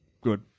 Good